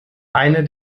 eine